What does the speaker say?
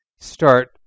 start